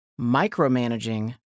micromanaging